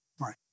right